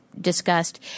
discussed